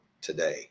today